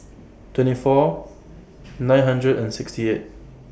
twenty four nine hundred and sixty eight